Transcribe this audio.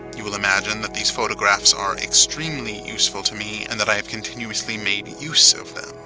you will imagine that these photographs are extremely useful to me and that i have continuously made use of them,